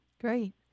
Great